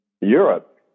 Europe